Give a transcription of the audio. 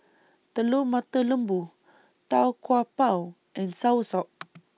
Telur Mata Lembu Tau Kwa Pau and Soursop